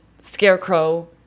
Scarecrow